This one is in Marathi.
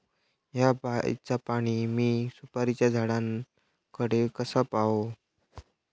हया बायचा पाणी मी सुपारीच्या झाडान कडे कसा पावाव?